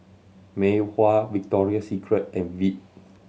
Mei Hua Victoria Secret and Veet